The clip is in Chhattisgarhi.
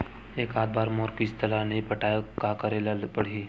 एकात बार मोर किस्त ला नई पटाय का करे ला पड़ही?